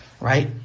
right